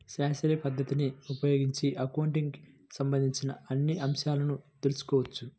శాస్త్రీయ పద్ధతిని ఉపయోగించి అకౌంటింగ్ కి సంబంధించిన అన్ని అంశాలను తెల్సుకోవచ్చు